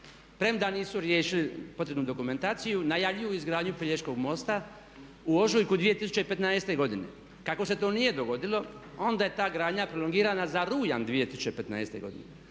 premda nisu riješili potrebnu dokumentaciju najavljuju izgradnju Pelješkog mosta u ožujku 2015. godine. Kako se to nije dogodilo onda je ta gradnja prolongirana za rujan 2015. godine.